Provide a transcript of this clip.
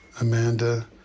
Amanda